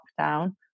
lockdown